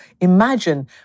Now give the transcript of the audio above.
imagine